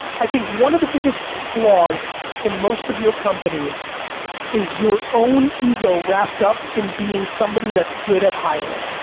i think one of the biggest flaws in most of your companies is your own ego wrapped up in being somebody that's good at hiring.